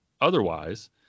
otherwise